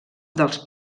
dels